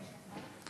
תקן אחד?